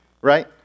right